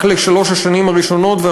רק לשלוש השנים הראשונות,